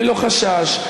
ללא חשש,